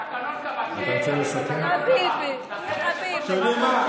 אתם, מה,